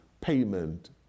payment